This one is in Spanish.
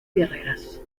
guerreras